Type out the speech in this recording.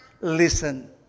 listen